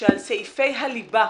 שעל סעיפי הליבה